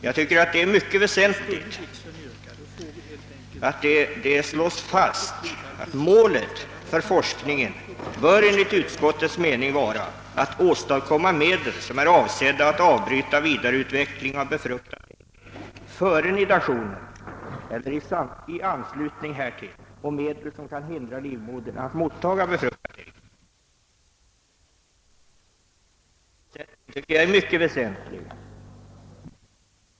Jag tycker att det är mycket väsentligt att det slås fast vad utskottet skriver, att »målet för forskningen bör enligt utskottets mening vara att åstadkomma medel som är avsedda att avbryta vidareutveckling av befruktat ägg före nidationen eller i anslutning härtill och medel som kan hindra livmodern att mottaga befruktat ägg». Denna målsättning tycker jag är mycket väsentlig.